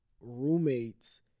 roommates